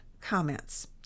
comments